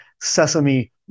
sesame